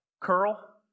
curl